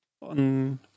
on